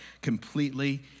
completely